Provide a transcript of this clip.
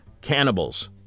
cannibals